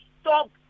stop